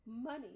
money